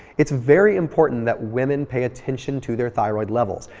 it's very important that women pay attention to their thyroid levels.